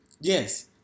Yes